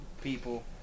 people